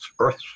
earth